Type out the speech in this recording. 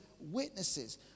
witnesses